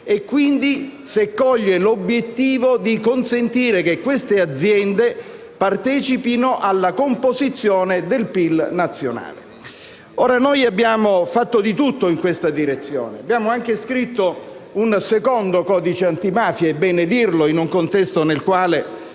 e, quindi, se coglie l'obiettivo di consentire che queste aziende partecipino alla composizione del PIL nazionale. Noi abbiamo fatto di tutto in questa direzione; abbiamo anche scritto un secondo codice antimafia (è bene dirlo, in un contesto nel quale